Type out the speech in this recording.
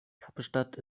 kapstadt